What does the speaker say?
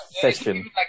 session